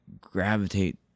gravitate